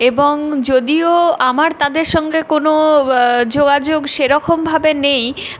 এবং যদিও আমার তাদের সঙ্গে কোনো যোগাযোগ সেরকমভাবে নেই